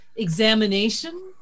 Examination